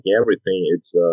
everything—it's